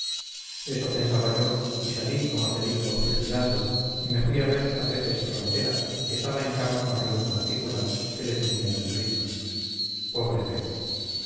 eso pensaba yo y salí como te digo suspirando y me fui a ver a pepe espronceda que estaba en cama con reúma articular que le tenía en un grito pobre pepe